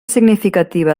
significativa